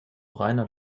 reiner